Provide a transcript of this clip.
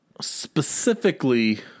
Specifically